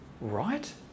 right